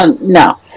No